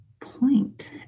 point